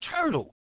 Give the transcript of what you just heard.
turtle